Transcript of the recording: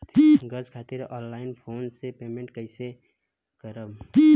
Gas खातिर online phone से payment कैसे करेम?